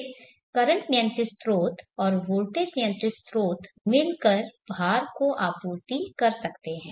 फिर करंट नियंत्रित स्रोत और वोल्टेज नियंत्रित स्रोत मिलकर भार को आपूर्ति कर सकते हैं